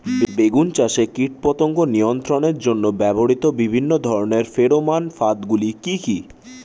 বেগুন চাষে কীটপতঙ্গ নিয়ন্ত্রণের জন্য ব্যবহৃত বিভিন্ন ধরনের ফেরোমান ফাঁদ গুলি কি কি?